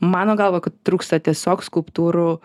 mano galva kad trūksta tiesiog skulptūrų